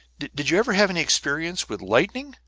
did you ever have any experiences with lightning?